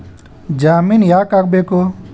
ಜಾಮಿನ್ ಯಾಕ್ ಆಗ್ಬೇಕು?